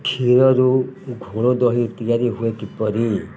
କ୍ଷୀରରୁ ଘୋଳଦହି ତିଆରି ହୁଏ କିପରି